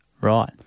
Right